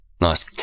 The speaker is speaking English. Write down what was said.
Nice